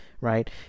right